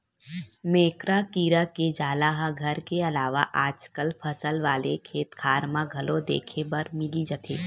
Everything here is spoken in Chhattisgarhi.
मेकरा कीरा के जाला ह घर के अलावा आजकल फसल वाले खेतखार म घलो देखे बर मिली जथे